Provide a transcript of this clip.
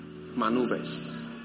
maneuvers